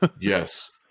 Yes